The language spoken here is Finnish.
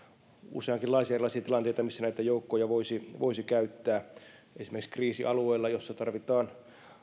useankinlaisia erilaisia tilanteita missä näitä joukkoja voisi voisi käyttää esimerkiksi kriisialueella jolla tarvitaan